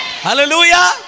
Hallelujah